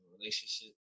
relationship